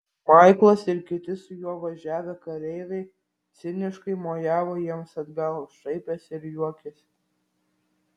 maiklas ir kiti su juo važiavę kareiviai ciniškai mojavo jiems atgal šaipėsi ir juokėsi